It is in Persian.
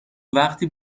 وقتی